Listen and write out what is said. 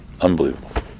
unbelievable